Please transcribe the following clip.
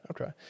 okay